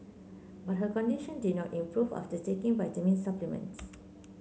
but her condition did not improve after taking vitamin supplements